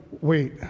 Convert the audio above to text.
wait